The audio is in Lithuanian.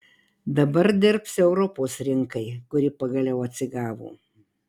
dabar dirbs europos rinkai kuri pagaliau atsigavo